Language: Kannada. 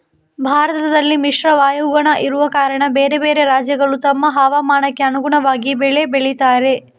ಭಾರತದಲ್ಲಿ ಮಿಶ್ರ ವಾಯುಗುಣ ಇರುವ ಕಾರಣ ಬೇರೆ ಬೇರೆ ರಾಜ್ಯಗಳು ತಮ್ಮ ಹವಾಮಾನಕ್ಕೆ ಅನುಗುಣವಾಗಿ ಬೆಳೆ ಬೆಳೀತಾರೆ